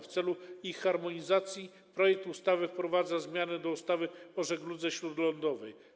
W celu ich harmonizacji projekt ustawy wprowadza zmianę do ustawy o żegludze śródlądowej.